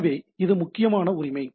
எனவே இது முக்கியமான உரிமை